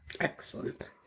Excellent